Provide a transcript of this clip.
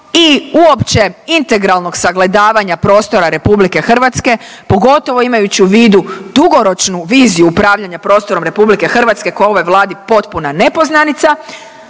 i uopće integralnog sagledavanja prostora RH pogotovo imajući u vidu dugoročnu viziju upravljanja prostorom RH koji je ovoj Vladi potpuna nepoznanica